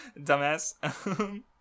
dumbass